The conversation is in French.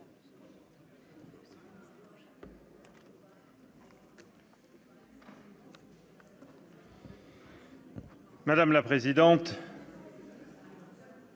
Madame la présidente,